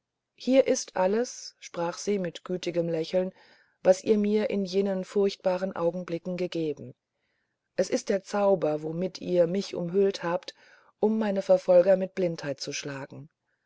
hier ist alles sprach sie mit gütigem lächeln was ihr mir in jenen furchtbaren augenblicken gegeben es ist der zauber womit ihr mich umhüllt habt um meine verfolger mit blindheit zu schlagen